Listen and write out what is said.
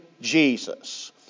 Jesus